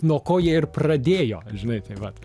nuo ko jie ir pradėjo žinai tai vat